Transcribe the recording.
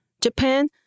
Japan